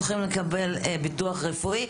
הולכים לקבל ביטוח רפואי.